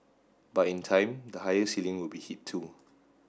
but in time the higher ceiling will be hit too